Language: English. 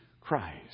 Christ